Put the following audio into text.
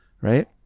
right